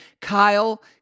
Kyle